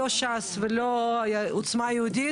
לא, לא נעשה שום דבר.